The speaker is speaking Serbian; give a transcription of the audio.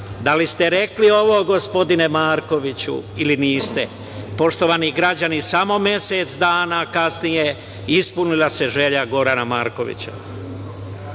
Da li ste rekli ovo, gospodine Markoviću, ili niste? Poštovani građani, samo mesec dana kasnije ispunila se želja Gorana Markovića. Goran